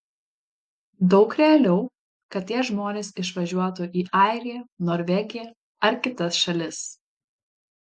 daug realiau kad tie žmonės išvažiuotų į airiją norvegiją ar kitas šalis